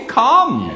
come